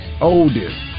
oldest